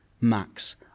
Max